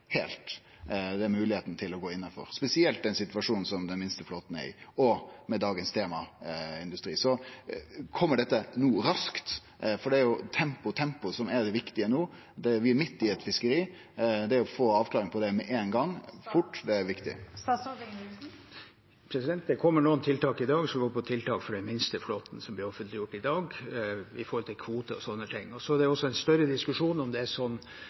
heilt, den moglegheita til å gå innanfor, spesielt i den situasjonen den minste flåten er i, og med industri som dagens tema. Så: Kjem dette no raskt? Det er tempo som er det viktige no. Vi er midt i eit fiskeri. Det å få avklaring på det fort – med ein gong – er viktig. Det kommer noen tiltak i dag som går på tiltak for den minste flåten, med hensyn til kvote og sånne ting. Vi har offentliggjort det i dag. Så er det også en større diskusjon om det er sånn